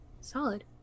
Solid